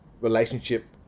relationship